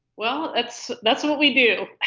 well, that's that's what we do.